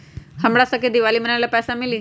हमरा शव के दिवाली मनावेला पैसा मिली?